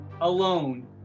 alone